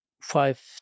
five